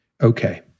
Okay